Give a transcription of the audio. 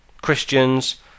Christians